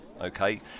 okay